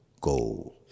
gold